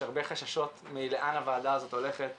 הרבה חששות מהדרך שהוועדה הזאת הולכת אליה,